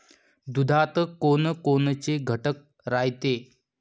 दुधात कोनकोनचे घटक रायते?